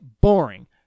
boring